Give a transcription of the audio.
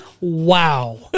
wow